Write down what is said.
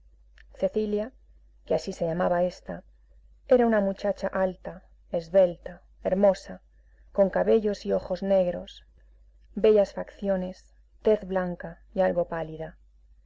cecilia que así se llamaba esta era una muchacha alta esbelta hermosa con cabellos y ojos negros bellas facciones tez blanca y algo pálida